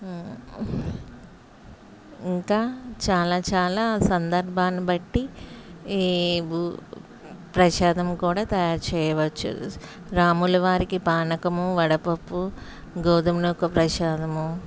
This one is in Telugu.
ఇంకా చాలా చాలా సందర్భాన్ని బట్టి ఈ ఊ ప్రసాదం కూడా తయారు చేయవచ్చు రాములవారికి పానకము వడపప్పు గోధుమ నూక ప్రసాదము